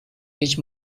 each